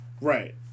Right